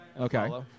Okay